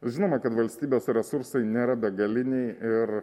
žinoma kad valstybės resursai nėra begaliniai ir